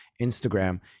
Instagram